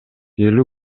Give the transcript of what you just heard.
элүү